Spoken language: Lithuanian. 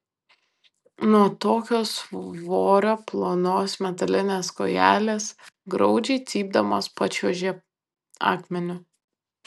nuo tokio svorio plonos metalinės kojelės graudžiai cypdamos pačiuožė akmeniu